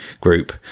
group